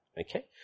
Okay